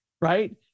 right